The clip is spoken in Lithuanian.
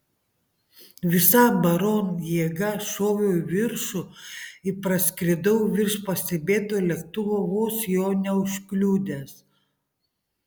visa baron jėga šoviau į viršų ir praskridau virš pastebėto lėktuvo vos jo neužkliudęs